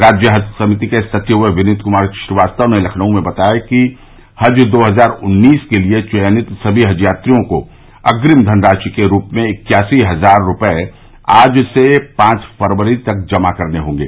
राज्य हज समिति के सचिव विनीत कुमार श्रीवास्तव ने लखनऊ में बताया है कि हज दो हजार उन्नीस के लिये चयनित सभी हज यात्रियों को अग्रिम धनराशि के रूप में इक्यासी हज़ार रूपये आज से पांच फ़रवरी तक जमा करने होंगे